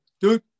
dude